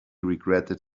regretted